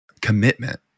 commitment